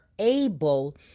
able